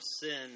sin